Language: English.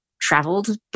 traveled